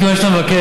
מכיוון שאתה מבקש,